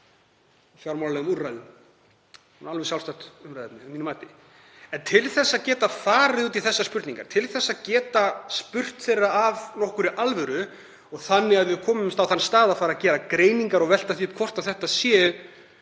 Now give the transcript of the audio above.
að fjármálalegum úrræðum, alveg sjálfstætt umræðuefni. En til að geta farið út í þessar spurningar, til að geta spurt þeirra af einhverri alvöru og þannig að við komumst á þann stað að fara að gera greiningar og velta því upp hvort þetta séu